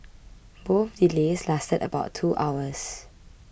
both delays lasted about two hours